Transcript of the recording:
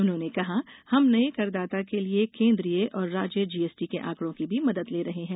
उन्होंने कहा हम नए करदाता के लिए केंद्रीय और राज्य जीएसटी के आंकड़ों की भी मदद ले रहे हैं